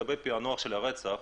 לגבי פענוח של הרצח,